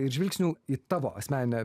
ir žvilgsnių į tavo asmeninę